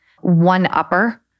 one-upper